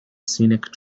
scenic